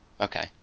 Okay